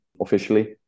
officially